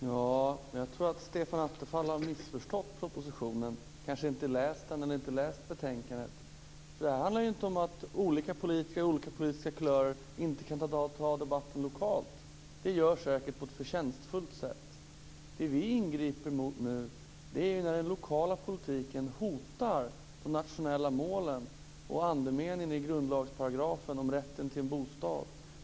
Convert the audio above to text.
Fru talman! Jag tror att Stefan Attefall har missförstått propositionen. Han har kanske inte läst den eller betänkandet. Det handlar inte om att olika politiker av olika politiska kulörer inte kan ta debatten lokalt. Det görs säkert på ett förtjänstfullt sätt. Det vi ingriper mot nu är att den lokala politiken hotar de nationella målen och andemeningen i grundlagsparagrafen om rätten till en bostad.